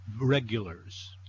Regulars